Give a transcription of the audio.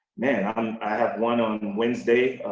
man, i have one on wednesday.